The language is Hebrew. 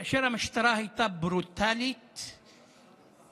כאשר המשטרה הייתה ברוטלית ותוקפנית,